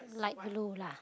light blue lah